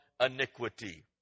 iniquity